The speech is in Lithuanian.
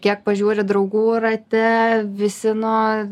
kiek pažiūri draugų rate visi nu